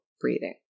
breathing